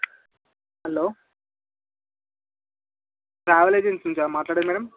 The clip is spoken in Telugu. హలో ట్రావెల్ ఏజెన్సీ నుంచా మాట్లాడేది మేడం